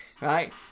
right